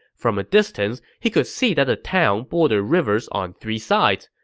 from a distance, he could see that the town bordered rivers on three sides,